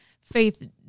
faith